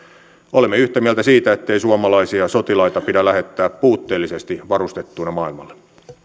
olemme yhtä mieltä siitä ettei suomalaisia sotilaita pidä lähettää puutteellisesti varustettuina maailmalle